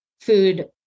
food